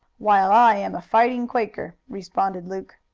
while i am a fighting quaker, responded luke.